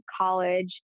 college